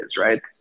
right